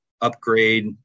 upgrade